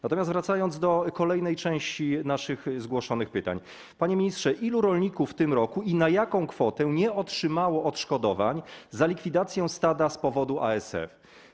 Natomiast wracając do kolejnej części naszych zgłoszonych pytań, panie ministrze: Ilu rolników w tym roku, i na jaką kwotę, nie otrzymało odszkodowań za likwidację stada z powodu ASF?